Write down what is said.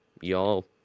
Y'all